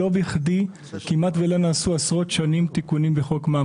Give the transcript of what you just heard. לא בכדי כמעט ולא נעשו עשרות שנים תיקונים בחוק מע"מ